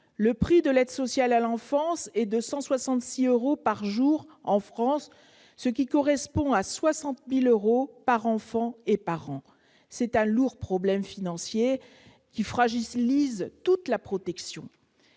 Le prix de l'aide sociale à l'enfance est de 166 euros par jour en France, ce qui correspond à 60 000 euros par enfant et par an. C'est un lourd problème financier qui fragilise toute la protection.